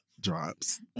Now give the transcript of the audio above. drops